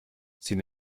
sin